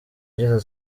gito